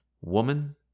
Woman